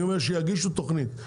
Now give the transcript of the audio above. אבל אני אומר: שיגישו תוכנית,